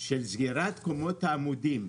של סגירת קומות העמודים.